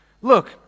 look